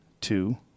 two